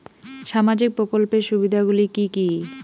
সামাজিক প্রকল্পের সুবিধাগুলি কি কি?